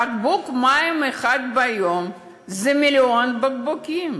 בקבוק מים אחד ביום אלו מיליון בקבוקים,